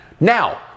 Now